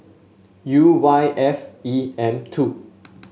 U Y F E M two